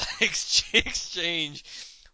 exchange